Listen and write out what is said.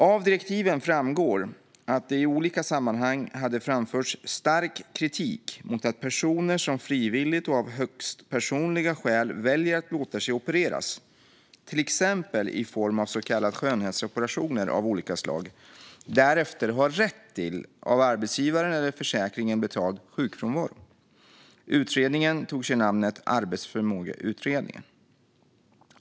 Av direktiven framgår att det i olika sammanhang hade framförts stark kritik mot att personer som frivilligt och av högst personliga skäl väljer att låta sig opereras, till exempel i form av så kallade skönhetsoperationer av olika slag, därefter har rätt till av arbetsgivaren eller försäkringen betald sjukfrånvaro. Utredningen tog sig namnet Arbetsförmågeutredningen.